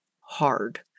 hard